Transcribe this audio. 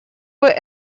быть